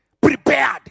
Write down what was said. Prepared